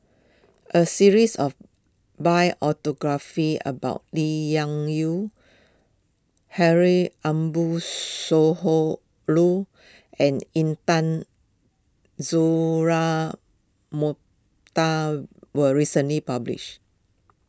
a series of about Lee Yew Ambo and Intan Azura Mokhtar was recently published